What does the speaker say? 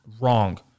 wrong